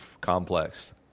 complex